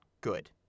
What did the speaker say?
good